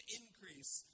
increase